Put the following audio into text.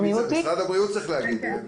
משרד הבריאות צריך להגיד.